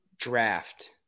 draft